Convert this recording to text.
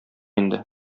инде